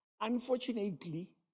Unfortunately